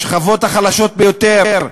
השכבות החלשות ביותר.